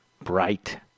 bright